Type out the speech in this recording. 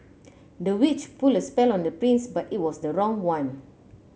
the witch put a spell on the prince but it was the wrong one